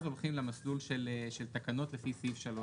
הולכים למסלול של תקנות לפי סעיף 3(ב).